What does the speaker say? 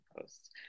posts